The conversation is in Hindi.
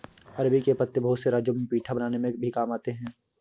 अरबी के पत्ते बहुत से राज्यों में पीठा बनाने में भी काम आते हैं